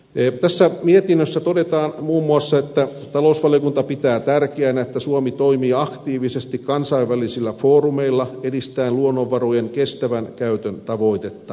tässä mietinnössä todetaan muun muassa että talousvaliokunta pitää tärkeänä että suomi toimii aktiivisesti kansainvälisillä foorumeilla edistäen luonnonvarojen kestävän käytön tavoitetta